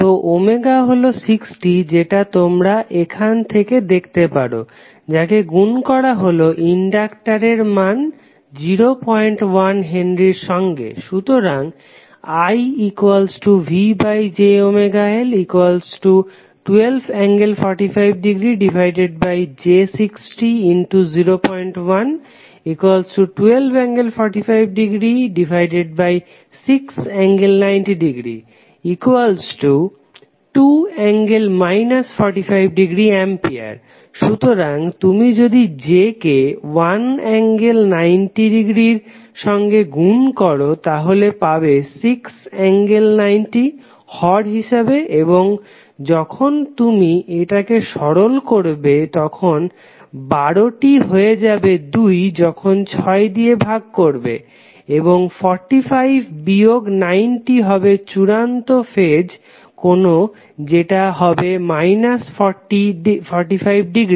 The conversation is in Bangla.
তো হলো 60 যেটা তোমরা এখান থেকে দেখতে পারো যাকে গুন করা হলো ইনডাকটরের মান 01H এর সঙ্গে সুতরাং IVjωL12∠45j600112∠456∠902∠ 45A সুতরাং তুমি যদি j কে 1∠90 এর সঙ্গে গুন করো তাহলে পাবে 6∠90 হর হিসাবে এবং যখন তুমি এটাকে সরল করবে তখন 12 টি হয়ে যাবে 2 যখন 6 দিয়ে ভাগ করবে এবং 45 বিয়োগ 90 হবে চূড়ান্ত ফেজ কোন যেটা হবে 45 ডিগ্রী